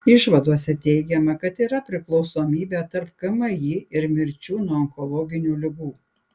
išvadose teigiama kad yra priklausomybė tarp kmi ir mirčių nuo onkologinių ligų